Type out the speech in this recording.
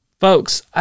Folks